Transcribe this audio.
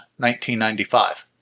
1995